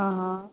હ હ